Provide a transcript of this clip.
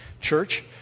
church